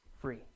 free